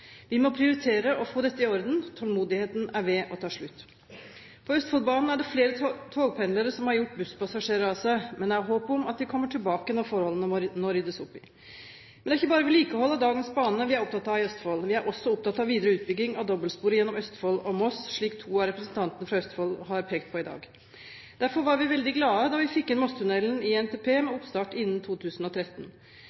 Vi må prioritere å få dette i orden – tålmodigheten er ved å ta slutt. På Østfoldbanen er det flere togpendlere som har gjort busspassasjerer av seg, men jeg har håp om at de kommer tilbake når forholdene nå ryddes opp i. Men det er ikke bare vedlikehold av dagens bane vi er opptatt av i Østfold. Vi er også opptatt av videre utbygging av dobbeltsporet gjennom Østfold og Moss, slik to av representantene fra Østfold har pekt på i dag. Derfor var vi veldig glade da vi fikk inn Mossetunnelen i NTP, med